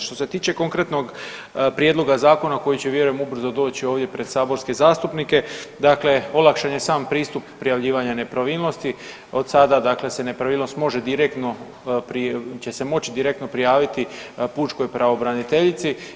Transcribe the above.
Što se tiče konkretnog prijedloga zakona koji će vjerujem ubrzo doći ovdje pred saborske zastupnike, dakle olakšan je sam pristup prijavljivanja nepravilnosti, od sada dakle se nepravilnost može direktno, će se moć direktno prijaviti pučkoj pravobraniteljici.